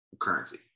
currency